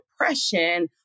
depression